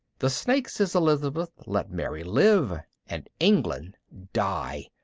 the snakes' elizabeth let mary live. and england die.